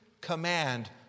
command